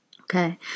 Okay